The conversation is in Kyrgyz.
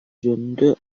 жөнүндө